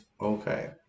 okay